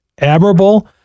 admirable